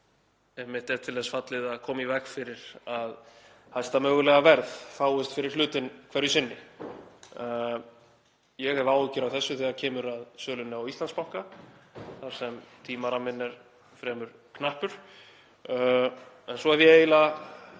einmitt til þess fallið að koma í veg fyrir að hæsta mögulega verð fáist fyrir hlutinn hverju sinni. Ég hef áhyggjur af þessu þegar kemur að sölunni á Íslandsbanka þar sem tímaramminn er fremur knappur. Svo hef ég eiginlega